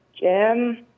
Jim